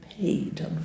paid